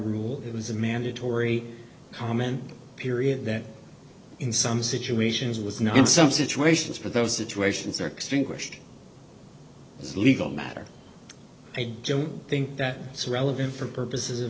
rule it was a mandatory comment period that in some situations was not in some situations for those situations or extinguished legal matter i don't think that it's relevant for purposes